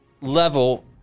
level